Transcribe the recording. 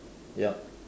yup